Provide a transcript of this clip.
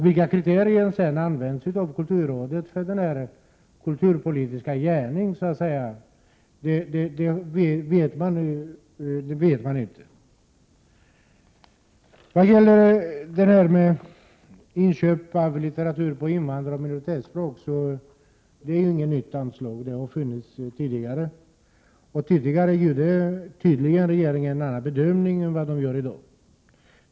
Vilka kriterier som kulturrådet använder för denna kulturpolitiska gärning vet vi inte. Anslaget till inköp av litteratur på invandraroch minoritetsspråk är ingen ny post, utan den har funnits tidigare. Tidigare gjorde regeringen tydligen en annan bedömning än i dag.